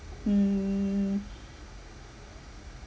mm